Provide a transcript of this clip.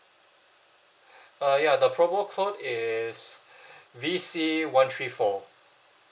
uh ya the promo code is V_C one three four